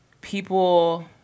people